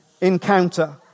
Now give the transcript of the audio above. encounter